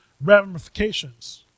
ramifications